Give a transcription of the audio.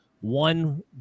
one